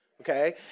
Okay